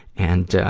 and,